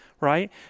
Right